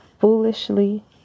foolishly